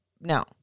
No